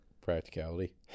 practicality